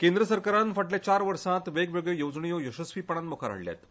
केंद्र सरकारान फाटल्या चार वर्सांत वेगवेगळ्यो येवजण्यो यशस्वीपणान मुखार हाडल्यात